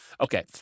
okay